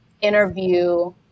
interview